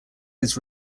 his